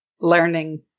learning